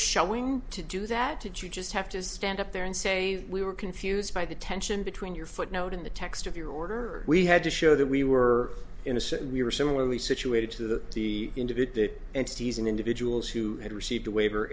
showing to do that did you just have to stand up there and say we were confused by the tension between your footnote in the text of your order we had to show that we were innocent we were similarly situated to the individual entities and individuals who had received a waiver